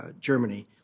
Germany